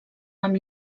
amb